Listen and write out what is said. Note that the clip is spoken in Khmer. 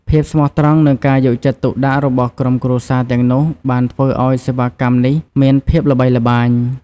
ភាពស្មោះត្រង់និងការយកចិត្តទុកដាក់របស់ក្រុមគ្រួសារទាំងនោះបានធ្វើឱ្យសេវាកម្មនេះមានភាពល្បីល្បាញ។